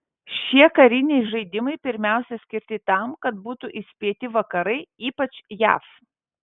šie kariniai žaidimai pirmiausia skirti tam kad būtų įspėti vakarai ypač jav